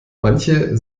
manche